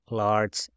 large